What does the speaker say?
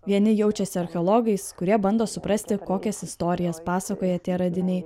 vieni jaučiasi archeologais kurie bando suprasti kokias istorijas pasakoja tie radiniai